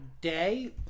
day